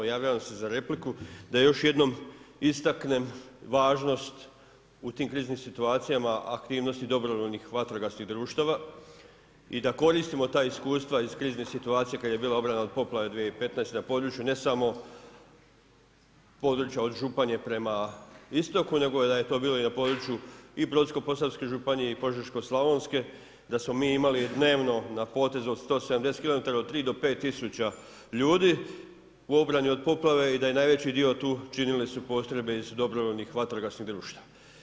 Javio sam se za repliku da jednom istaknem važnost u tim kriznim situacijama aktivnosti dobrovoljnih vatrogasnih društava i da koristimo ta iskustva iz kriznih situacija kada je bila obrana od poplave 2015. na području ne samo područja od Županije prema istoku nego da je to bilo i na podruju i Brodsko-posavske županije i Požeško-slavonske, da smo mi imali dnevno na potezu od 170 km od 3 do 5 tisuća ljudi u obrani od poplave i da je najveći dio tu činile su postrojbe iz dobrovoljnih vatrogasnih društava.